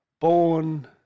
born